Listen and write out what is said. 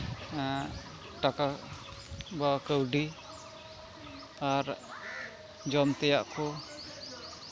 ᱴᱟᱠᱟ ᱵᱟ ᱠᱟᱹᱣᱰᱤ ᱟᱨ ᱡᱚᱢ ᱛᱮᱭᱟᱜ ᱠᱚ